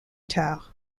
tard